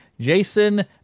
Jason